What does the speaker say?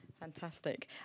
Fantastic